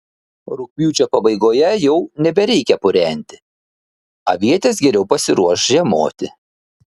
rugpjūčio pabaigoje jau nebereikia purenti avietės geriau pasiruoš žiemoti